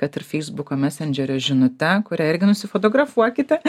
kad ir feisbuko mesendžerio žinute kurią irgi nusifotografuokite